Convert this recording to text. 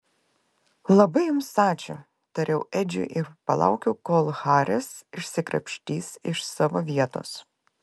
labai jums ačiū tariau edžiui ir palaukiau kol haris išsikrapštys iš savo vietos